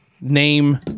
name